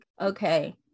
okay